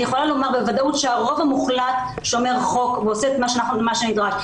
אני יכולה לומר בוודאות שהרוב המוחלט שומר חוק ועושה את מה שנדרש,